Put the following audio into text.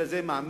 אבל זה מעמיד